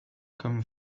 comme